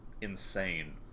insane